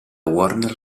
warner